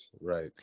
right